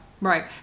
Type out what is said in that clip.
Right